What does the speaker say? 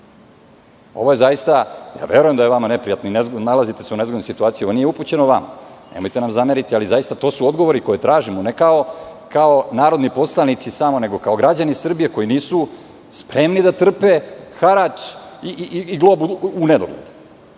iks milijardi. Verujem da je vama neprijatno i nalazite se u nezgodnoj situaciji, nije upućeno vama i nemojte nam zameriti, ali to su odgovori koje tražimo, ne kao narodni poslanici, nego kao građani Srbije koji nisu spremni da trpe harač u nedogled.